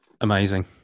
Amazing